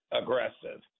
aggressive